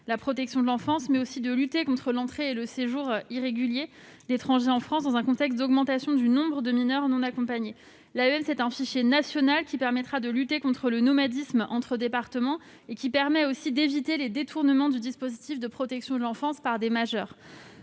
la protection de l'enfance et pour lutter contre l'entrée et le séjour irrégulier d'étrangers en France, dans un contexte d'augmentation du nombre de mineurs non accompagnés. Ce fichier national permettra non seulement de lutter contre le nomadisme entre départements, mais aussi d'éviter les détournements du dispositif de protection de l'enfance par des majeurs.